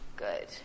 Good